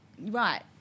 Right